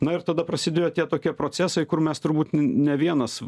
na ir tada prasidėjo tie tokie procesai kur mes turbūt n ne vienas